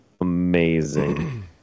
Amazing